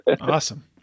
Awesome